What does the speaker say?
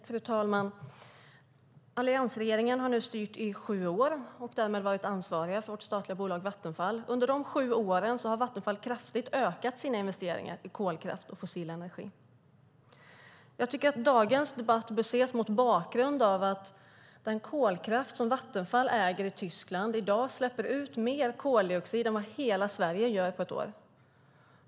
Fru talman! Alliansregeringen har nu styrt i sju år och därmed varit ansvarig för vårt statliga bolag Vattenfall. Under de sju åren har Vattenfall kraftigt ökat sina investeringar i kolkraft och fossil energi. Jag tycker att dagens debatt bör ses mot bakgrund av att den kolkraft som Vattenfall äger i Tyskland i dag släpper ut mer koldioxid än vad hela Sverige släpper ut på ett år.